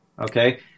Okay